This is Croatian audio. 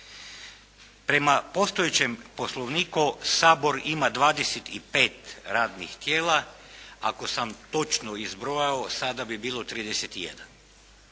Prema postojećem Poslovniku Sabor ima 25 radnih tijela. Ako sam točno izbrojao, sada bi bilo 31.